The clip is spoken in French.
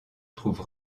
trouve